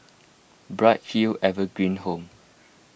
Bright Hill Evergreen Home